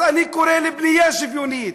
אז אני קורא לבנייה שוויונית,